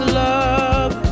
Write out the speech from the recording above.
love